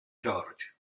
george